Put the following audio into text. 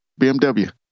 BMW